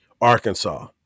Arkansas